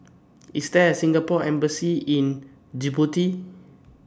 IS There A Singapore Embassy in Djibouti